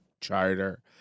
charter